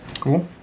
Cool